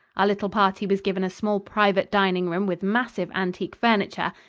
our little party was given a small private dining room with massive antique furniture,